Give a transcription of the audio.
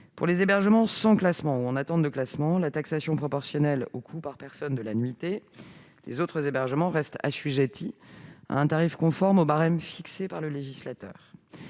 pour les hébergements sans classement ou en attente de classement, la taxation proportionnelle au coût par personne de la nuitée, les autres hébergements restant assujettis à un tarif conforme au barème fixé par le législateur